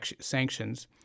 sanctions